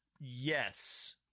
Yes